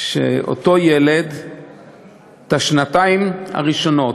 שאותו ילד בשנתיים הראשונות,